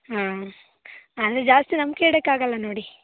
ಹಾಂ ಅಂದರೆ ಜಾಸ್ತಿ ನಂಬಿಕೆ ಇಡೋಕ್ಕಾಗಲ್ಲ ನೋಡಿ